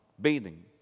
bathing